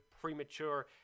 premature